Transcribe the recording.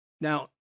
Now